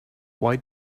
why